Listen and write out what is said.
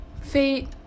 fate